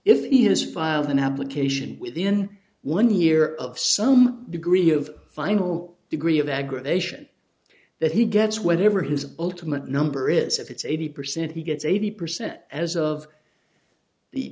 if he has filed an application within one year of some degree of final degree of aggravation that he gets whatever his ultimate number is if it's eighty percent he gets eighty percent as of the